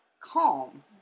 calm